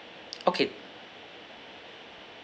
okay